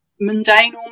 mundane